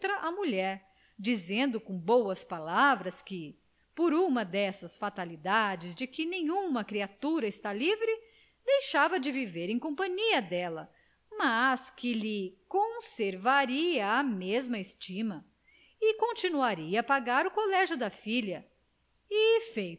mulher dizendo com boas palavras que por uma dessas fatalidades de que nenhuma criatura está livre deixava de viver em companhia dela mas que lhe conservaria a mesma estima e continuaria a pagar o colégio da filha